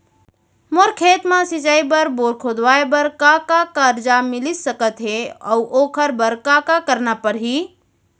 मोर खेत म सिंचाई बर बोर खोदवाये बर का का करजा मिलिस सकत हे अऊ ओखर बर का का करना परही?